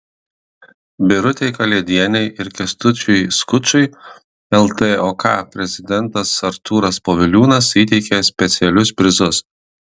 birutei kalėdienei ir kęstučiui skučui ltok prezidentas artūras poviliūnas įteikė specialius prizus